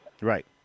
Right